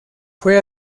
fue